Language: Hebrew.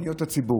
פניות הציבור,